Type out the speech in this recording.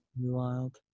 Wild